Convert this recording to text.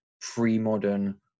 pre-modern